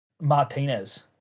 Martinez